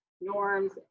norms